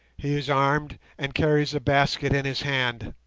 he is armed, and carries a basket in his hand